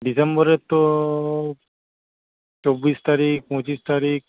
ডিসেম্বরের তো চব্বিশ তারিখ পঁচিশ তারিখ